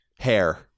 Hair